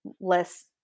less